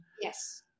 yes